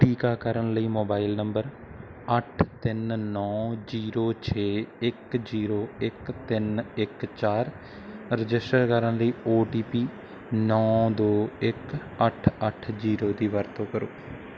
ਟੀਕਾਕਰਨ ਲਈ mobile number ਅੱਠ ਤਿੰਨ ਨੌਂ ਜੀਰੋ ਛੇ ਇੱਕ ਜੀਰੋ ਇੱਕ ਤਿੰਨ ਇੱਕ ਚਾਰ ਰਜਿਸਟਰ ਕਰਨ ਲਈ ਓ ਟੀ ਪੀ ਨੌਂ ਦੋ ਇੱਕ ਅੱਠ ਅੱਠ ਜੀਰੋ ਦੀ ਵਰਤੋਂ ਕਰੋ